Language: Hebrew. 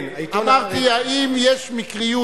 "מעיין החינוך התורני"